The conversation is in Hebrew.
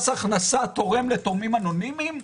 מס הכנסה תורם לתורמים אנונימיים?